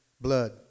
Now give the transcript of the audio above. blood